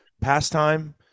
pastime